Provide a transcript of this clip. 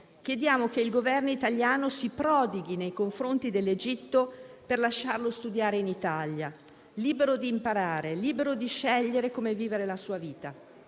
Chiediamo che il Governo italiano si prodighi nei confronti dell'Egitto per lasciarlo studiare in Italia, libero di imparare e libero di scegliere come vivere la sua vita.